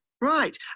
Right